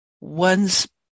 One's